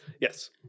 Yes